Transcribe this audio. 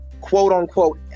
quote-unquote